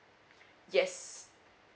yes